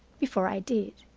before i did.